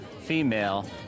female